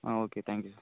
ah okay thank you sir